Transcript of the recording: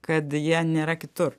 kad jie nėra kitur